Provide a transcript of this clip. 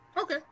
Okay